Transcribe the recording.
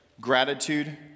gratitude